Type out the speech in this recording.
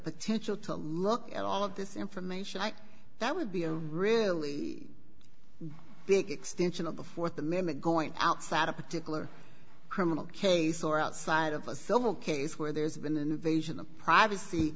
potential to look at all of this information that would be a really big extension of the th amendment going outside a particular criminal case or outside of a civil case where there's been an invasion of privacy